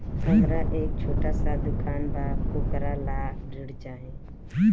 हमरा एक छोटा दुकान बा वोकरा ला ऋण चाही?